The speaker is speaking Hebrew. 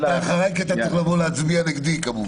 אתה אחריי, כי אתה צריך לבוא להצביע נגדי, כמובן.